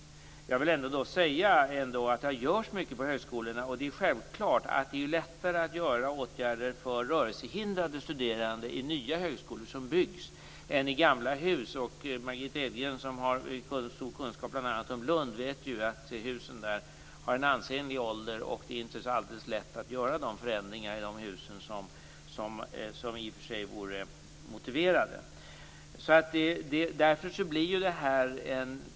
Jag vill ändå säga att det görs mycket på högskolorna. Det är självklart att det är lättare att vidta åtgärder för rörelsehindrade studerande i nya högskolor som byggs än i gamla hus. Margitta Edgren, som har stor kunskap om bl.a. universitet i Lund, vet ju att husen har en ansenlig ålder och att det inte är så alldeles lätt att göra de förändringar som i och för sig vore motiverade.